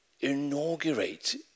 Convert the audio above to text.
inaugurate